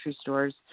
stores